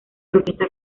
orquesta